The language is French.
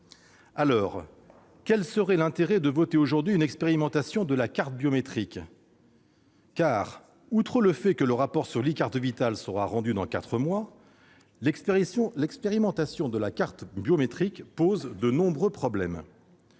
lors, quel serait l'intérêt de voter aujourd'hui une expérimentation de la carte biométrique ? Outre que le rapport sur l'e-carte Vitale sera rendu dans quatre mois, l'expérimentation de la carte biométrique soulèverait de nombreuses